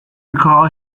recall